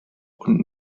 und